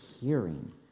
hearing